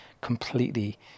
completely